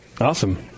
Awesome